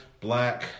Black